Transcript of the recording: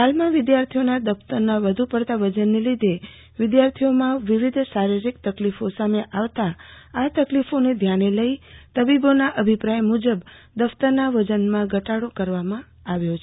હાલમાં વિદ્યાર્થીઓના દફતરના વધુ પડતા વજનને લીધે વિદ્યાર્થીઓમાં વિવિધ શારીરીક તકલીફ સામે આવતા આ તકલીફોને ધ્યાને લઈ તબીબોના અભિપ્રાય મુજબ દફતરના વજનમાં ઘટાડો કરવામાં આવ્યો છે